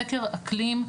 סקר אקלים,